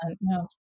no